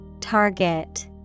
Target